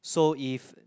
so if